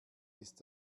ist